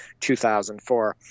2004